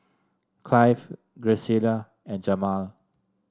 Clive Graciela and Jamaal